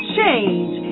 Change